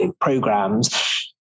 programs